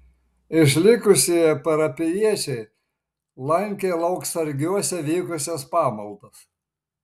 išlikusieji parapijiečiai lankė lauksargiuose vykusias pamaldas